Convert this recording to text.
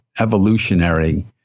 evolutionary